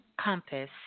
compass